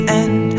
end